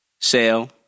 sell